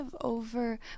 over